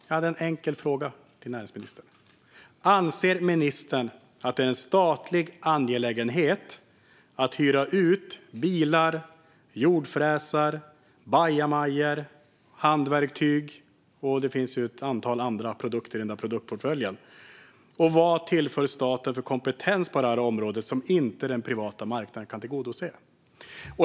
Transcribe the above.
Jag hade en enkel fråga till näringsministern: Anser ministern att det är en statlig angelägenhet att hyra ut bilar, jordfräsar, bajamajor, handverktyg och ett antal andra produkter som finns i ifrågavarande produktportfölj, och vad tillför staten för kompetens på det här området som inte den privata marknaden kan tillgodose?